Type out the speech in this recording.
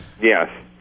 Yes